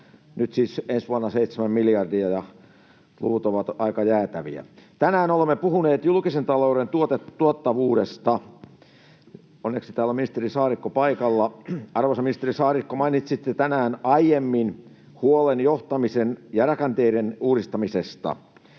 nyt siis ensi vuonna 7 miljardia, ja luvut ovat aika jäätäviä. Tänään olemme puhuneet julkisen talouden tuottavuudesta — onneksi täällä on ministeri Saarikko paikalla. Arvoisa ministeri Saarikko, mainitsitte tänään aiemmin huolen johtamisen ja rakenteiden uudistamisesta.